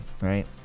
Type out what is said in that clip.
Right